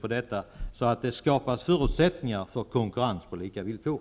På det sättet skapas förutsättningar för konkurrens på lika villkor.